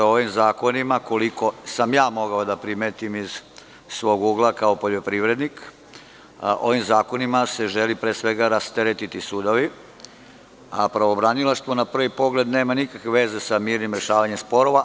Ovim zakonima, koliko sam mogao da primetim iz svog ugla kao poljoprivrednik, se žele pre svega rasteretiti sudovi, a pravobranilaštvo na prvi pogled nema nikakve veze sa tim rešavanjem sporova.